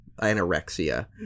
anorexia